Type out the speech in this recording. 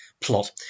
plot